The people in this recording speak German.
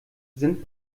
sind